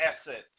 assets